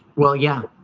well, yeah